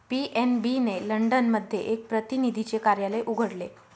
PNB ने London मध्ये एक प्रतिनिधीचे कार्यालय उघडले